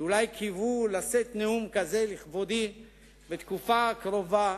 שאולי קיוו לשאת נאום כזה לכבודי בתקופה הקרובה.